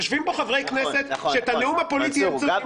יושבים פה חברי כנסת שאת הנאום הפוליטי הם צריכים להגיד.